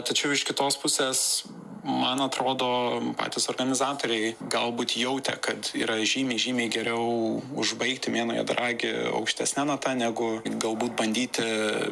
tačiau iš kitos pusės man atrodo patys organizatoriai galbūt jautė kad yra žymiai žymiai geriau užbaigti mėnuo juodaragį aukštesne nata negu galbūt bandyti